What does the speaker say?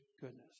goodness